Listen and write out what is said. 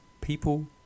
people